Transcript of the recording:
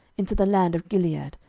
into the land of gilead,